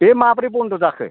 बे माबोरै बन्द' जाखो